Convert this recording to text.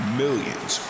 millions